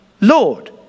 Lord